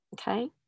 Okay